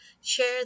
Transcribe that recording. share